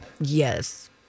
Yes